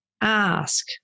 ask